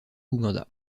ouganda